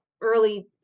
early